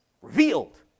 Revealed